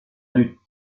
lutte